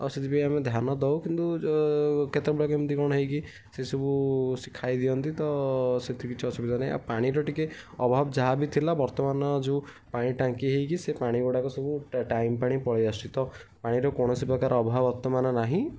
ଆଉ ସେଥିପାଇଁ ଆମେ ଧ୍ୟାନ ଦଉ କିନ୍ତୁ କେତେବେଳେ କେମିତି କ'ଣ ହେଇକି ସେସବୁ ସେ ଖାଇଦିଅନ୍ତି ତ ସେଥି କିଛି ଅସୁବିଧା ନାହିଁ ଆଉ ପାଣିର ଟିକେ ଅଭାବ ଯାହାବି ଥିଲା ବର୍ତ୍ତମାନ ଯେଉଁ ପାଣି ଟାଙ୍କି ହେଇକି ସେ ପାଣି ଗୁଡ଼ାକ ସବୁ ଟାଇମ୍ ପାଣି ପଳାଇଆସୁଛି ତ ପାଣିର କୌଣସି ପ୍ରକାର ଅଭାବ ବର୍ତ୍ତମାନ ନାହିଁ